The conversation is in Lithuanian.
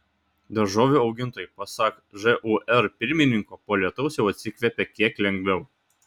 daržovių augintojai pasak žūr pirmininko po lietaus jau atsikvėpė kiek lengviau